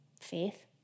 faith